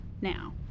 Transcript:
now